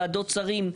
וועדות שרים,